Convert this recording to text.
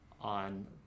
on